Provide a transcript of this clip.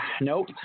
nope